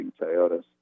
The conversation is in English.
Toyotas